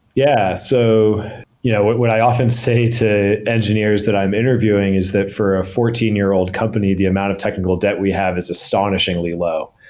yeah. so you know what what i often say to engineers that i'm interviewing is that for a fourteen year old company, the amount of technical debt we have is astonishingly low.